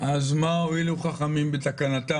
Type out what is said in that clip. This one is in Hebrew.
גם בבית הזה וגם בתקשורת,